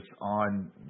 on